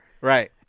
Right